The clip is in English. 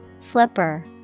Flipper